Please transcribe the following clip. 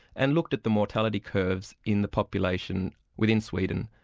and looked at the mortality curves in the population within sweden.